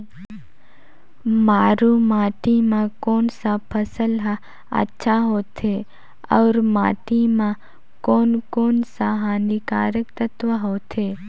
मारू माटी मां कोन सा फसल ह अच्छा होथे अउर माटी म कोन कोन स हानिकारक तत्व होथे?